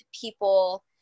people